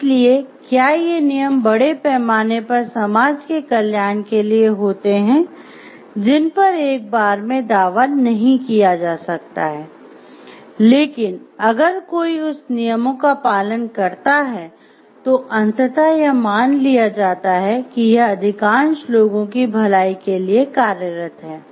इसलिए क्या ये नियम बड़े पैमाने पर समाज के कल्याण के लिए होते हैं जिन पर एक बार में दावा नहीं किया जा सकता है लेकिन अगर हर कोई उस नियमों का पालन करता है तो अंततः यह मान लिया जाता है यह अधिकांश लोगों की भलाई के लिए कार्यरत है